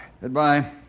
Goodbye